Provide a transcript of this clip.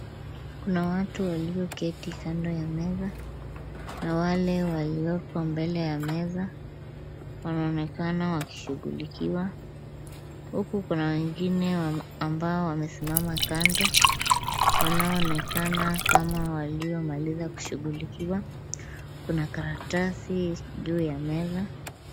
Kuna watu walioketi kando ya meza na wale walioko mbele ya meza , wanaonekana wakishughulikiwa huku kuna wengine ambao wamesimama kando wanaonekana kama waliomaliza kushughulikiwa. Kuna karatasi juu ya meza.